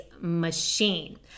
machine